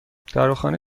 داروخانه